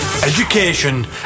Education